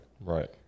Right